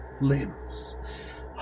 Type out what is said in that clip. limbs